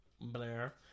Blair